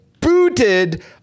booted